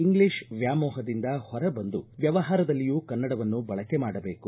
English ವ್ಯಾಮೋಹದಿಂದ ಹೊರಬಂದು ವ್ವವಹಾರದಲ್ಲಿಯೂ ಕನ್ನಡವನ್ನು ಬಳಕೆ ಮಾಡಬೇಕು